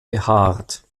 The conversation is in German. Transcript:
behaart